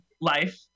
life